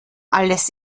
alles